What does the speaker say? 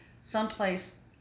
someplace